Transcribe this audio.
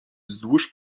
wzdłuż